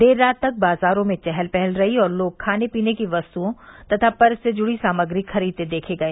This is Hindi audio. देर रात तक बाजारों में चहल पहल रही और लोग खाने पीने की वस्तुओं तथा पर्व से जुड़ी सामग्री खरीदते देखे गए